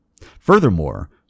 Furthermore